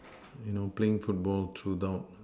you know playing football throughout